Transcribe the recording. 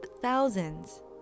thousands